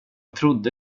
trodde